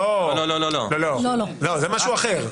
לא לא, זה משהו אחר.